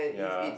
yeah